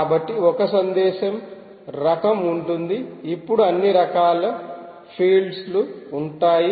కాబట్టి ఒక సందేశం రకం ఉంటుంది ఇప్పుడు అన్ని రకాల ఫీల్డ్లు ఉంటాయి